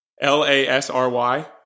L-A-S-R-Y